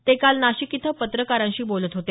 ते काल नाशिक इथं पत्रकारांशी बोलत होते